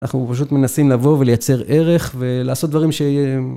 אנחנו פשוט מנסים לבוא ולייצר ערך ולעשות דברים ש...